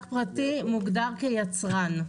זה יצרן.